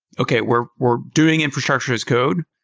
okay, we're we're doing infrastructure as code.